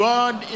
God